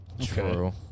True